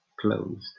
closed